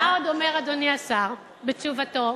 ומה עוד אומר אדוני השר בתשובתו,